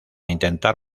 intentar